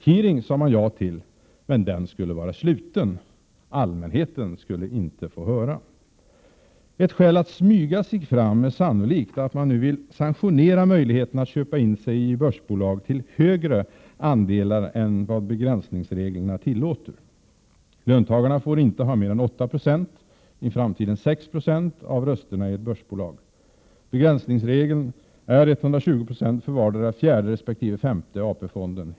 Hearing sade man ja till, men den skulle vara sluten. Allmänheten skulle inte få lyssna. Ett skäl för att smyga sig fram är sannolikt att man nu vill sanktionera möjligheten att köpa in sig i börsbolag till högre andelar än begränsningsreglerna tillåter. Löntagarfonderna får inte ha mer än 8 96, i framtiden 6 96, av rösterna i ett börsbolag. Begränsningsregeln är 120 96 för vardera fjärde resp. femte AP-fonden.